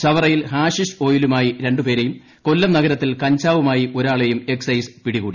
ചവറയിൽ hashish ഓയിലുമായി രണ്ടുപേരെയും കൊല്ലം നഗരത്തിൽ കഞ്ചാവുമായി പിടികൂടി